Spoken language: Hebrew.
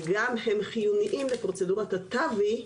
והם גם חיוניים לפרוצדורת ה-TAVI,